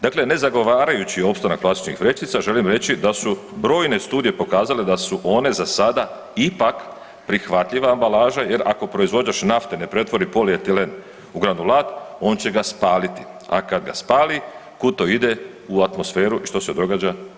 Dakle, ne zagovarajući opstanak plastičnih vrećica, želim reći da su brojne studije pokazale da su one za sada ipak prihvatljiva ambalaža jer ako proizvođač nafte ne pretvori polietilen u granulat, on će ga spaliti, a kad ga spali, kud to ide, u atmosferu i što se događa?